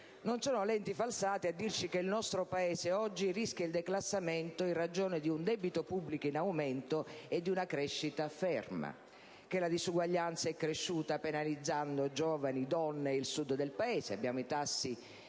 Non sono lenti falsate a dirci che il nostro Paese oggi rischia il declassamento in ragione di un debito pubblico in aumento e di una crescita ferma; che la disuguaglianza è cresciuta penalizzando giovani, donne, il Sud del Paese (abbiamo i tassi